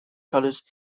colors